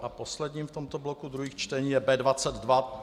A posledním v tomto bloku druhých čtení je B22.